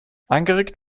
angeregt